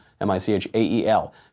M-I-C-H-A-E-L